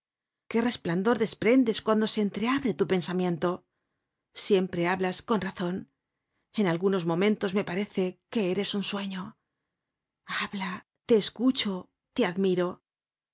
qué resplandor desprendes cuando se entreabre tu pensamiento siempre hablas con razon en algunos momentos me parece que eres un sueño habla te escucho te admiro